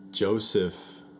Joseph